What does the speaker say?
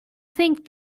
think